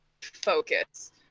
focus